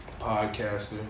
Podcaster